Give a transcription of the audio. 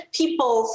people